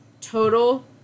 total